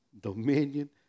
dominion